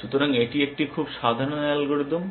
সুতরাং এটি একটি খুব সাধারণ অ্যালগরিদম